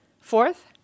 Fourth